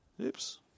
Oops